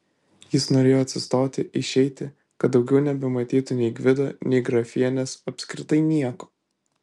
jis norėjo atsistoti išeiti kad daugiau nebematytų nei gvido nei grafienės apskritai nieko